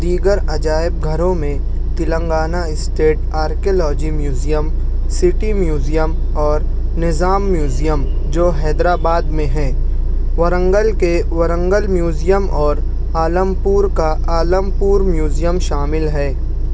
دیگر عجائب گھروں میں Telangana state archaeology museum city museum اور نظام میوزیم جو حیدرآباد میں ہیں ورنگل کے ورنگل میوزیم اور عالم پور کا عالم پور میوزیم شامل ہے